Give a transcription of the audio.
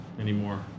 anymore